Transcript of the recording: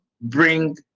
bring